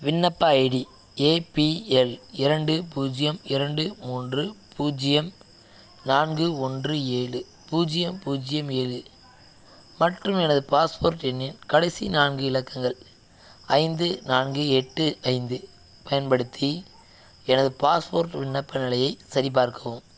விண்ணப்ப ID APL இரண்டு பூஜ்ஜியம் இரண்டு மூன்று பூஜ்ஜியம் நான்கு ஒன்று ஏழு பூஜ்ஜியம் பூஜ்ஜியம் ஏழு மற்றும் எனது பாஸ்போர்ட் எண்ணின் கடைசி நான்கு இலக்கங்கள் ஐந்து நான்கு எட்டு ஐந்து பயன்படுத்தி எனது பாஸ்போர்ட் விண்ணப்ப நிலையை சரிபார்க்கவும்